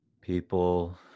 People